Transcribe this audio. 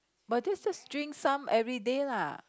but this is drink some everyday lah